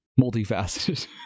multifaceted